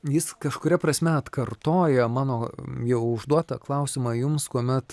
jis kažkuria prasme atkartoja mano jau užduotą klausimą jums kuomet